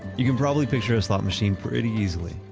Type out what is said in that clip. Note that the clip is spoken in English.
you can probably picture a slot machine pretty easily.